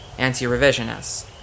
anti-revisionists